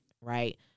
Right